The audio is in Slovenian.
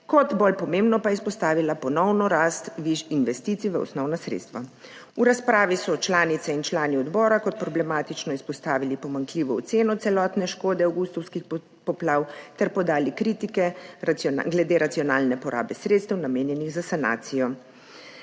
kot bolj pomembno pa je izpostavila ponovno rast investicij v osnovna sredstva. V razpravi so članice in člani odbora kot problematično izpostavili pomanjkljivo oceno celotne škode avgustovskih poplav ter podali kritike glede racionalne porabe sredstev, namenjenih za sanacijo.